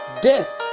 Death